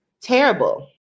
terrible